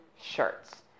shirts